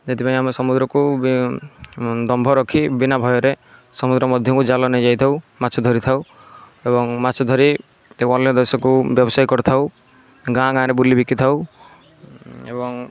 ସେଥିପାଇଁ ଆମେ ସମୁଦ୍ରକୁ ବେ ଦମ୍ଭ ରଖି ବିନା ଭୟରେ ସମୁଦ୍ର ମଧ୍ୟକୁ ଜାଲ ନେଇ ଯାଇଥାଉ ମାଛ ଧରିଥାଉ ଏବଂ ମାଛ ଧରି ବ୍ୟବସାୟ କରିଥାଉ ଗାଁ ଗାଁ ରେ ବୁଲି ବିକିଥାଉ ଏବଂ